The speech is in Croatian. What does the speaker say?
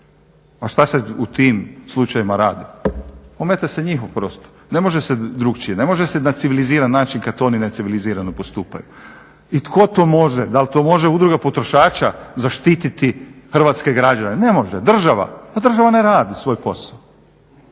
a šta se u tim slučajevima radi? Ometa se njihov prostor, ne može se drukčije, ne može se na civiliziran način kad oni ne civilizirano postupaju i tko to može, dal to može udruga potrošača zaštiti hrvatske građane? Ne može država, pa država ne radi svoj posao,